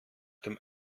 dem